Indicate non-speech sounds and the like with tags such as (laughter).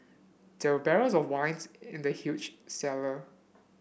there were barrels of wine (unintelligible) in the huge cellar